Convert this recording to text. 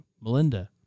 Melinda